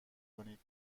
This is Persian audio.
کنید